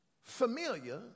familiar